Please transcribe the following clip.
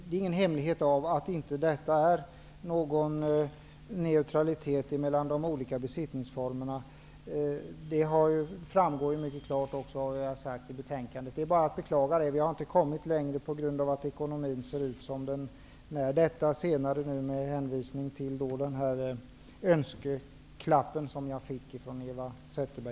Det är ingen hemlighet att det inte är någon neutralitet mellan de olika besittningsformerna. Det framgår mycket klart av vad vi har sagt i betänkandet. Det är bara att beklaga det. Vi har inte kommit längre, på grund av det ekonomiska läget - detta senare med hänvisning till den önskeklapp som jag fick av Eva Zetterberg.